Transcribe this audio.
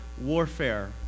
warfare